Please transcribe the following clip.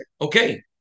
Okay